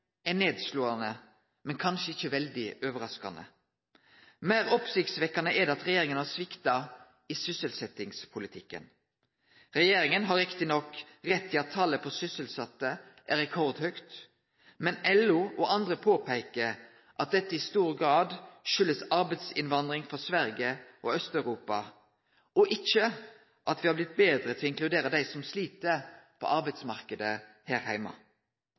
er nedslåande, men kanskje ikkje veldig overraskande. Meir overraskande er det at regjeringa har svikta i sysselsettingspolitikken. Regjeringa har riktig nok rett i at talet på sysselsette er rekordhøgt, men LO og andre påpeiker at dette i stor grad har si årsak i arbeidsinnvandring frå Sverige og Aust-Europa, og ikkje at me har blitt betre til å inkludere dei som slit på arbeidsmarknaden her heime.